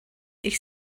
ich